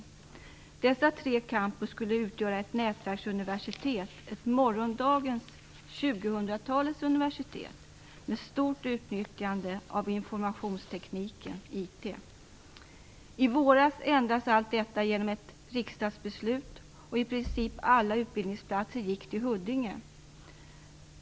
Dessa tre campus skulle utgöra ett nätverksuniversitet, ett morgondagens - 2000-talets - universitet med ett stort utnyttjande av informationsteknik, IT. I våras ändrades allt detta genom ett riksdagsbeslut, och i princip alla utbildningsplatser gick till Huddinge.